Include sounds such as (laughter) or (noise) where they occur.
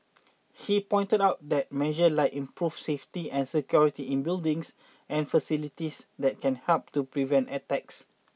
(noise) he pointed out that measures like improving safety and security in buildings and facilities that can help to prevent attacks